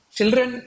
Children